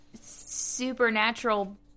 Supernatural